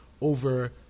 over